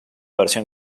versión